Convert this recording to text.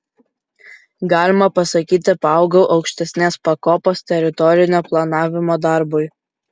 galima pasakyti paaugau aukštesnės pakopos teritorinio planavimo darbui